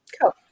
Cool